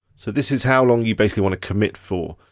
so this is how long you basically wanna commit for.